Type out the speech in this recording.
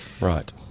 Right